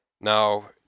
now